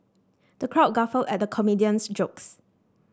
the crowd guffawed at the comedian's jokes